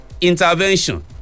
intervention